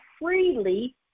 freely